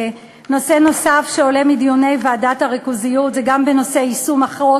נושא נוסף שעולה מדיוני ועדת הריכוזיות הוא נושא יישום החוק.